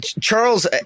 Charles